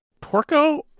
Porco